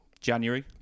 January